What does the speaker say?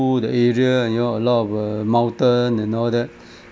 the area you know a lot of uh mountain and all that